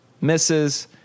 misses